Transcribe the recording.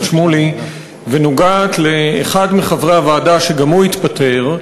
שמולי ונוגעת לאחד מחברי הוועדה שגם הוא התפטר,